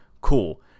cool